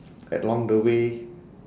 eh along the way